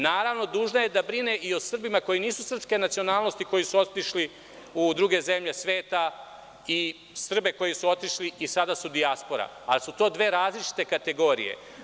Naravno, dužna je da brine i o Srbima koji nisu srpske nacionalnosti, koji su otišli u druge zemlje sveta i Srbe koji su otišli i sada su dijaspora, ali su to dve različite kategorije.